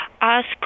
ask